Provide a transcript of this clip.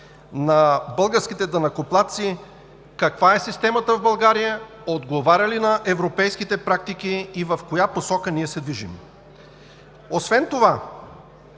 на българските данъкоплатци каква е системата в България, отговаря ли на европейските практики и в коя посока ние се движим. Освен това,